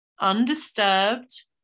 undisturbed